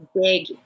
big